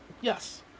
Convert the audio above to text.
Yes